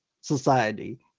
society